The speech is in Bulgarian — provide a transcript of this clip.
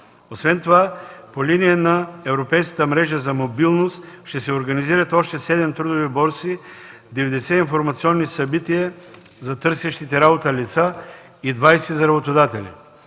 Освен това по линия на Европейската мрежа за мобилност ще се организират още 7 трудови борси, 90 информационни събития за търсещите работа лица и 20 за работодатели.